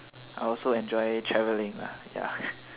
I also enjoy travelling lah ya